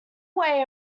away